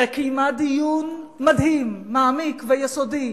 וקיימה דיון מדהים, מעמיק ויסודי,